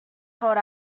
held